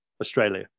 Australia